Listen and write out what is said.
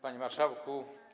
Panie Marszałku!